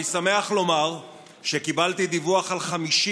אני שמח לומר שקיבלתי דיווח על 51